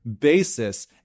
basis